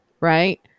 right